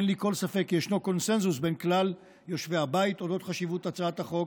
אין לי כל ספק כי יש קונסנזוס בין כלל יושבי הבית על חשיבות הצעת החוק.